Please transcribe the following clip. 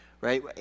Right